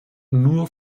nur